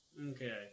Okay